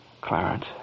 Clarence